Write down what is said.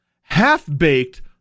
half-baked